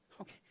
Okay